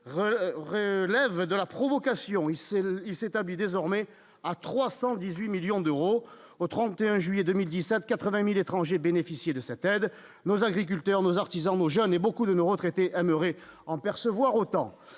relève de la provocation, s'il s'établit désormais à 318 millions d'euros au 31 juillet 2010 à 80000 étrangers, bénéficier de cette aide nos agriculteurs, nos artisans, nos jeunes et beaucoup de nos retraités aimeraient en percevoir autant